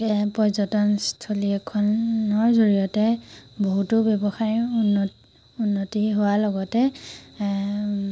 এ পৰ্যটনস্থলী এখনৰ জৰিয়তে বহুতো ব্যৱসায় উন্ন উন্নতি হোৱাৰ লগতে